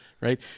Right